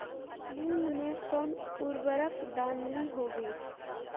मूंग में कौन उर्वरक डालनी होगी?